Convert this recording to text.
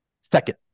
Second